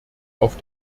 auf